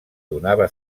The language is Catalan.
donava